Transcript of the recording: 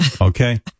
okay